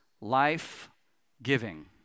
life-giving